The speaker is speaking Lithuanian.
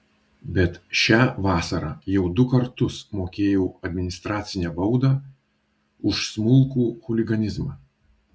bet šią vasarą jau du kartus mokėjau administracinę baudą už smulkų chuliganizmą